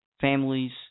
families